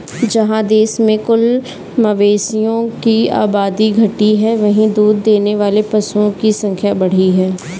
जहाँ देश में कुल मवेशियों की आबादी घटी है, वहीं दूध देने वाले पशुओं की संख्या बढ़ी है